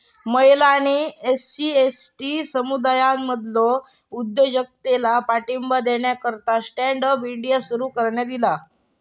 महिला आणि SC, ST समुदायांमधलो उद्योजकतेला पाठिंबा देण्याकरता स्टँड अप इंडिया सुरू करण्यात ईला